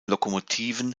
lokomotiven